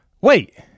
Wait